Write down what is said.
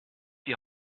die